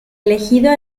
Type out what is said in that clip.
elegido